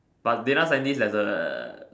but data scientist there's a uh